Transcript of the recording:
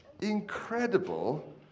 incredible